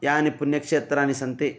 यानि पुण्यक्षेत्राणि सन्ति